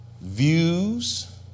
views